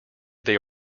they